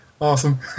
Awesome